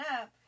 up